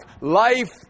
Life